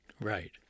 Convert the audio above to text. Right